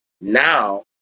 Now